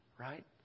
right